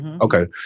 okay